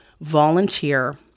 volunteer